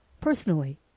personally